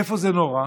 איפה זה נורא?